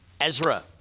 Ezra